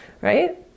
Right